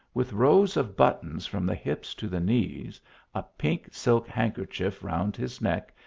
with rows of buttons from the hips to the knees a pink silk handkerchief round his neck,